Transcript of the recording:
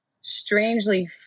strangely